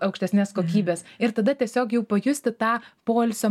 aukštesnės kokybės ir tada tiesiog jau pajusti tą poilsio